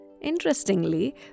Interestingly